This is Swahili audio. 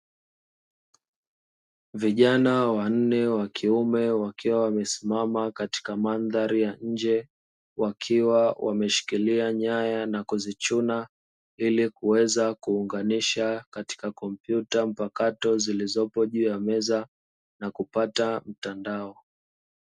Vijana wanne wa kiume wakiwa wamesimama katika mandhari ya nje wakiwa wameshikilia nyaya na kuzichuna ili kuweza kuunganisha katika kompyuta mpakato zilizopo juu ya meza na kupata mtandao.